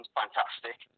fantastic